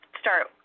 start